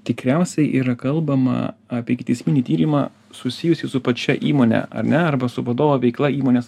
tikriausiai yra kalbama apie ikiteisminį tyrimą susijusį su pačia įmone ar ne arba su vadovo veikla įmonės